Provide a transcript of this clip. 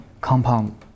compound